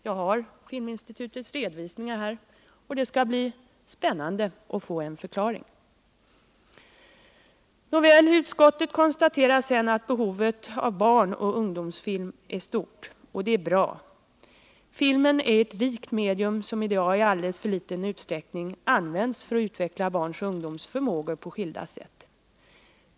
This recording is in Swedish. Jag har Filminstitutets redovisningar här, och det blir spännande att få en förklaring. Nåväl, utskottet konstaterar sedan att behovet av barnoch ungdomsfilm är stort. Det är bra. Filmen är ett rikt medium som i dag i alldeles för liten utsträckning används för att utveckla barns och ungdoms förmåga på skilda sätt.